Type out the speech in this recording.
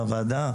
והוועדה,